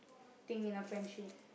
thing in a friendship